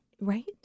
right